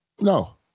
no